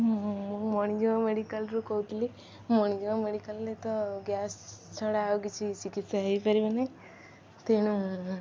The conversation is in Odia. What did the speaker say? ମୁଁ ମେଡିକାଲ୍ରୁ କହୁଥିଲି ଗ୍ୟାସ୍ ଛଡ଼ା ଆଉ କିଛି ଚିକିତ୍ସା ହେଇପାରିବନି ତେଣୁ